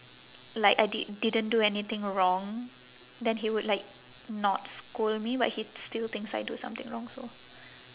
like I did didn't do anything wrong then he would like not scold me but he still thinks I do something wrong so